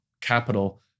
capital